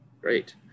great